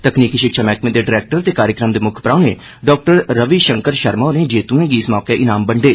तकनीकी शिक्षा मैह्कमे दे डरैक्टर ते कार्यक्रम दे म्क्ख परौह्ने डाक्टर रवि शंकर शर्मा होरें जेतूएं गी इस मौके ईनाम बंड्डे